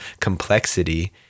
complexity